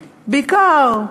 בעיקר,